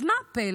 אז מה הפלא?